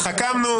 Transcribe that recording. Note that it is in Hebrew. התחכמו,